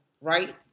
right